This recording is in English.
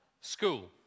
School